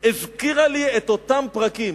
הזכירה לי את אותם פרקים.